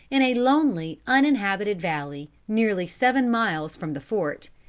in a lonely uninhabited valley, nearly seven miles from the fort.